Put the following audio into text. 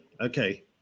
okay